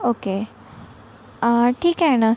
okay ठीक आहे ना